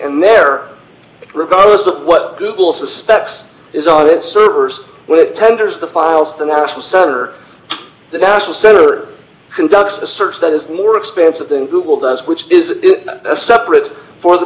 and there regardless of what google suspects is on its servers when it tenders the files the national center the national center conducts the search that is more expensive than google does which is a separate for the